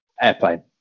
Airplane